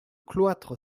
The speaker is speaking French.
cloître